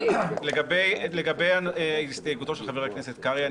לגבי הסתייגותו של חבר הכנסת קרעי,